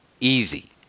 easy